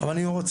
אבל אני רוצה,